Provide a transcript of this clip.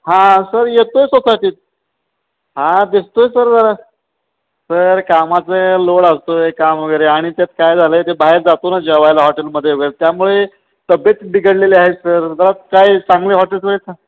हां सर येतो आहे सोसायटीत हां दिसतो आहे सर जरा सर कामाचं लोड असतोय काम वगैरे आणि त्यात काय झालं आहे ते बाहेर जातो ना जेवायला हॉटेलमध्ये वगैरे त्यामुळे तब्येत बिघडलेली आहेत सर जरा काय चांगले हॉटेलवर